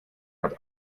hat